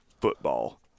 football